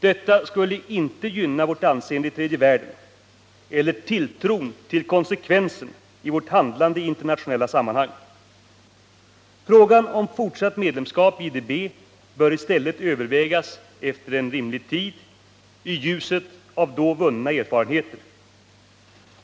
Detta skulle inte gynna vårt anseende i tredje världen eller tilltron till konsekvensen i vårt handlande i internationella sammanhang. Frågan om fortsatt medlemskap i IDB bör i stället övervägas efter en rimlig tid, i ljuset av då vunna erfarenheter.